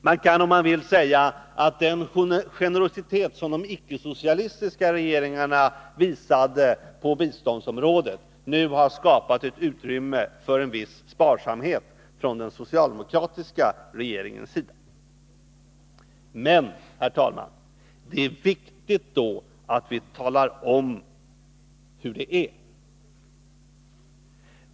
Man kan om man vill säga att den generositet som de icke-socialistiska regeringarna visade på biståndsområdet nu har skapat utrymme för en viss sparsamhet från den socialdemokratiska regeringens sida. Men, herr talman, det är då viktigt att vi talar om hur det är.